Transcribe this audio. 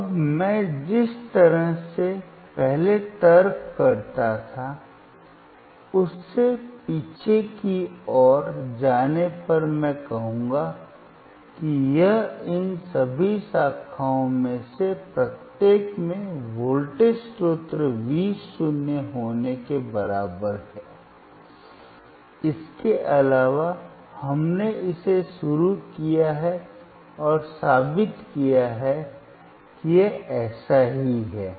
अब मैं जिस तरह से पहले तर्क करता था उससे पीछे की ओर जाने पर मैं कहूंगा कि यह इन सभी शाखाओं में से प्रत्येक में वोल्टेज स्रोत v शून्य होने के बराबर है इसके अलावा हमने इसे शुरू किया और साबित किया कि यह ऐसा ही है